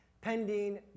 pending